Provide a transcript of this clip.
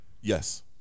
Yes